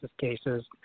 cases